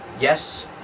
yes